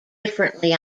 differently